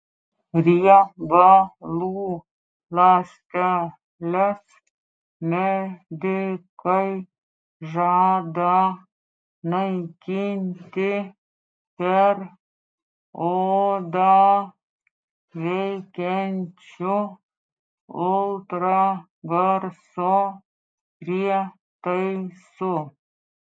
riebalų ląsteles medikai žada naikinti per odą veikiančiu ultragarso prietaisu